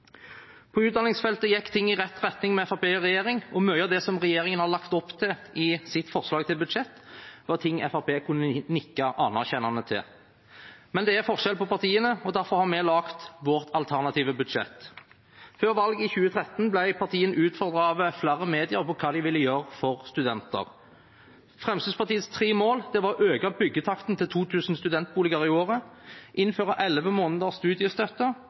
På utdanningsfeltet gikk ting i rett retning med Fremskrittspartiet i regjering, og mye av det regjeringen har lagt opp til i sitt forslag til budsjett, er ting Fremskrittspartiet kan nikke anerkjennende til. Men det er forskjell på partiene, og derfor har vi laget vårt alternative budsjett. Før valget i 2013 ble partiene utfordret av flere medier på hva de ville gjøre for studenter. Fremskrittspartiets tre mål var å øke byggetakten til 2 000 studentboliger i året, innføre 11 måneders studiestøtte